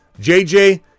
JJ